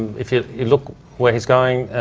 if you look where he's going,